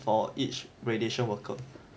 for each radiation worker